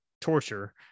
torture